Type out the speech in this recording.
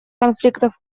конфликтов